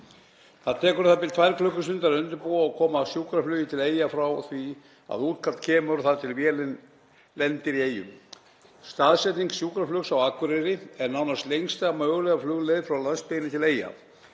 Það tekur um það bil tvær klukkustundir að undirbúa og koma sjúkraflugvél til Eyja frá því að útkall kemur og þar til vélin lendir í Eyjum. Staðsetning sjúkraflugs á Akureyri er nánast lengsta mögulega flugleið frá landsbyggðinni til Eyja.